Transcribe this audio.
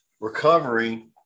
recovery